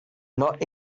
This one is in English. not